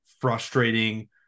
frustrating